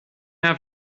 have